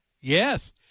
Yes